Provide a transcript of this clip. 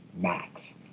max